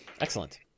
Excellent